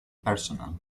personal